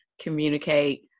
communicate